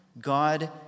God